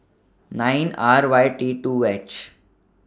nine Rd Y T two H